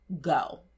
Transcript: go